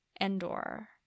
Endor